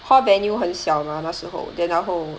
hall venue 很小 mah 那时候 then 然后